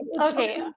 Okay